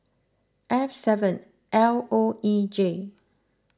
F seven L O E J